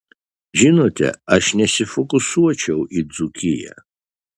žinote aš nesifokusuočiau į dzūkiją